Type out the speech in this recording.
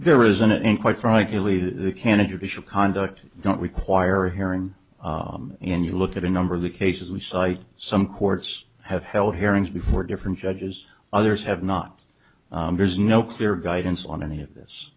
there isn't and quite frankly the candidate should conduct don't require a hearing and you look at a number of the cases we cite some courts have held hearings before different judges others have not there's no clear guidance on any of this